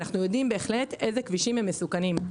אנחנו יודעים בהחלט אילו כבישים הם מסוכנים.